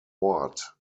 ort